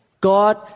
God